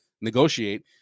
negotiate